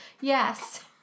yes